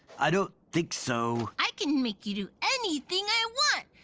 i don't think so. i can make you do anything i want.